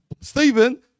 Stephen